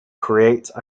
create